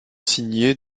signé